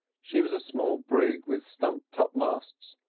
she was a small brig, with stump topmasts,